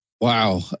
Wow